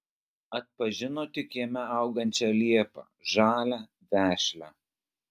atpažino tik kieme augančią liepą žalią vešlią